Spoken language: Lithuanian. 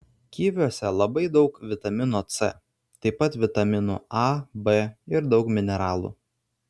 kiviuose labai daug vitamino c taip pat vitaminų a b ir daug mineralų